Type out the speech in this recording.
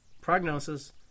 Prognosis